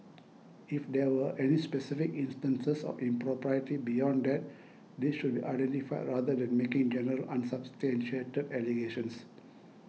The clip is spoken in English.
if there were any specific instances of impropriety beyond that these should be identified rather than making general unsubstantiated allegations